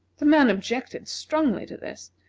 the man objected strongly to this,